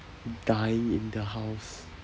dying in the house